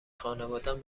خانوادهام